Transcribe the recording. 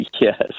Yes